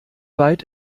weit